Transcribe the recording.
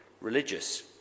religious